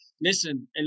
listen